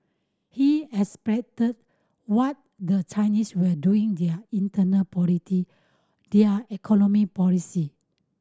he explained what the Chinese were doing their internal politic their economic policy